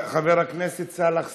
חבר הכנסת סאלח סעד,